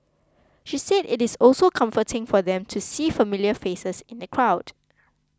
she said it is also comforting for them to see familiar faces in the crowd